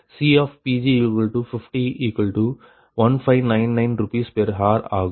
142×5021599 Rshr CPg501599 Rshr ஆகும்